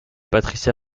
patricia